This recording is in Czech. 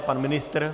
Pan ministr?